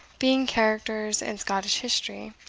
being characters in scottish history,